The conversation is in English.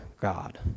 God